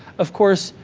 of course,